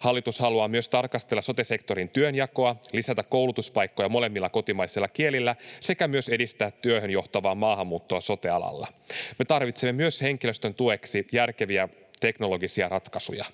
Hallitus haluaa myös tarkastella sote-sektorin työnjakoa, lisätä koulutuspaikkoja molemmilla kotimaisilla kielillä sekä myös edistää työhön johtavaa maahanmuuttoa sote-alalla. Me tarvitsemme myös henkilöstön tueksi järkeviä teknologisia ratkaisuja.